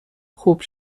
خوب